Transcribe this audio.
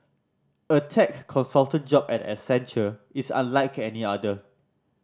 a tech consultant job at Accenture is unlike any other